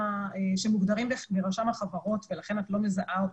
שמוגדרים ברשם החברות ולכן את לא מזהה אותם,